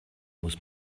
muss